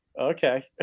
okay